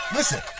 Listen